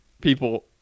people